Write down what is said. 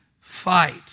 fight